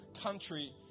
country